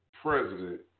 President